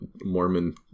Mormon